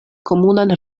komunan